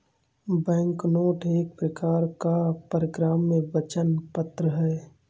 banknote एक प्रकार का परक्राम्य वचन पत्र है